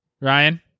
Ryan